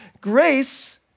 Grace